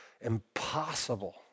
impossible